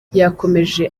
yakomeje